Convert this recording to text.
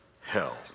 hell